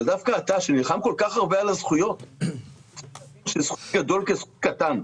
אבל דווקא אתה שנלחם כל כך הרבה על הזכויות --- סכום גדול כסכום קטן.